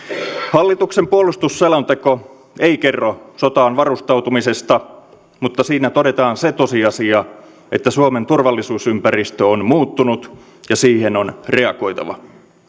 hallituksen puolustusselonteko ei kerro sotaan varustautumisesta mutta siinä todetaan se tosiasia että suomen turvallisuusympäristö on muuttunut ja siihen on reagoitava